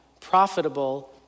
profitable